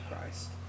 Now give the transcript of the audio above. Christ